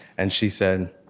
and she said,